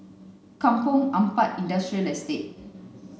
Kampong Ampat Industrial Estate